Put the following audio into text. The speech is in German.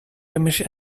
gemisch